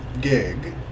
gig